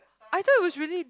I thought it was really